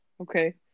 Okay